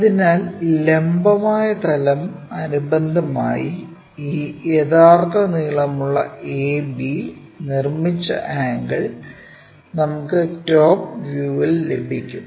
അതിനാൽ ലംബമായ തലം അനുബന്ധമായി ഈ യഥാർത്ഥ നീളമുള്ള AB നിർമ്മിച്ച ആംഗിൾ നമുക്ക് ടോപ് വ്യൂവിൽ ലഭിക്കും